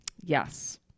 Yes